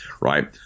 Right